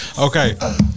Okay